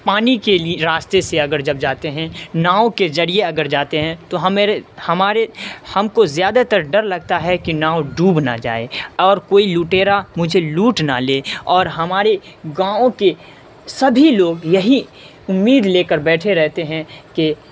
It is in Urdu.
پانی کے راستے سے اگر جب جاتے ہیں ناؤ کے جریے اگر جاتے ہیں تو ہمارے ہم کو زیادہ تر ڈر لگتا ہے کہ ناؤ ڈوب نہ جائے اور کوئی لٹیرا مجھے لوٹ نہ لے اور ہمارے گاؤں کے سبھی لوگ یہی امید لے کر بیٹھے رہتے ہیں کہ